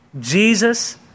Jesus